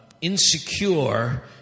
insecure